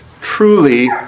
truly